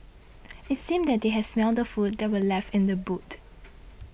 it seemed that they had smelt the food that were left in the boot